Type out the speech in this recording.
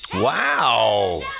Wow